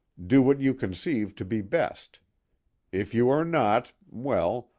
do what you conceive to be best if you are not well,